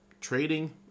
trading